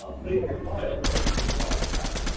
ah put it in your file, like edie talked about.